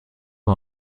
war